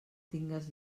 tingues